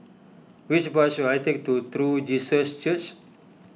Which bus should I take to True Jesus Church